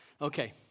Okay